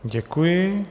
Děkuji.